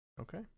Okay